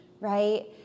right